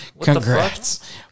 Congrats